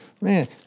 Man